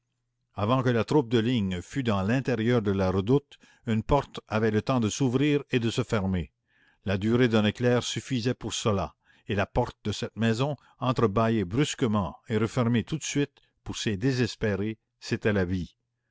avant que la troupe de ligne fût dans l'intérieur de la redoute une porte avait le temps de s'ouvrir et de se fermer la durée d'un éclair suffisait pour cela et la porte de cette maison entre-bâillée brusquement et refermée tout de suite pour ces désespérés c'était la vie